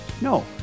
No